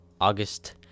august